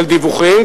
של דיווחים,